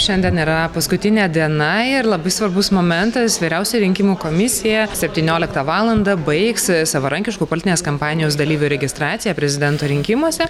šiandien yra paskutinė diena ir labai svarbus momentas vyriausioji rinkimų komisija septynioliktą valandą baigs savarankišku politinės kampanijos dalyvių registraciją prezidento rinkimuose